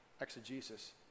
exegesis